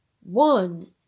one